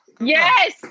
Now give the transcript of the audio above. yes